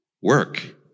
work